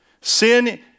Sin